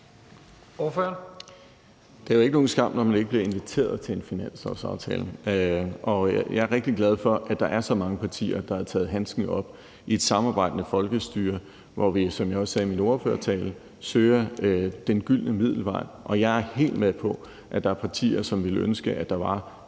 Det er jo ikke nogen skam, at man ikke bliver inviteret til en finanslovsaftale. Jeg er rigtig glad for, at der er så mange partier, der har taget handsken op i et samarbejdende folkestyre, hvor vi, som jeg også sagde i min ordførertale, søger den gyldne middelvej. Jeg er helt med på, at der er partier, som ville ønske, at der var